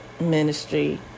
ministry